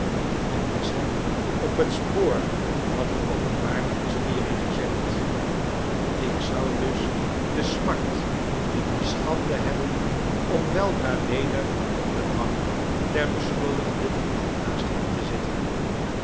men was hen op het spoor had het openbaar ministerie gezegd ik zou dus de smart en de schande hebben om weldra weder op de bank der beschuldigden naast hen te zitten